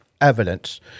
evidence